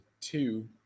two